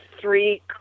three